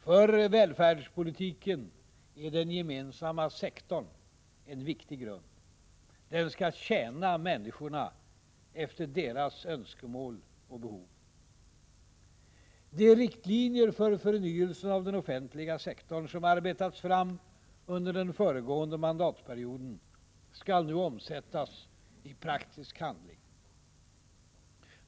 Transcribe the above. För välfärdspolitiken är den gemensamma sektorn en viktig grund. Den skall tjäna människorna efter deras önskemål och behov. De riktlinjer för förnyelsen av den offentliga sektorn som arbetats fram under den föregående mandatperioden skall nu omsättas i praktisk handling.